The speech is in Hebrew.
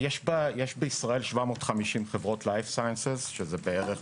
יש בישראל 750 חברות life sciences, שזה בערך